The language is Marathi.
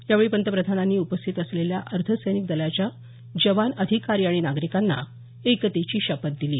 यावेळी पंतप्रधानांनी उपस्थित असलेल्या अर्ध सैनिक दलाच्या जवान अधिकारी आणि नागरिकांना एकतेची शपथ दिली